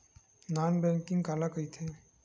Non banking काला कइथे?